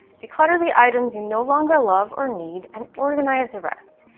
declutter the items you no longer love or need, and organize the rest.